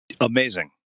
Amazing